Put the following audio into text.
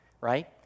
right